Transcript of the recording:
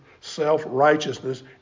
self-righteousness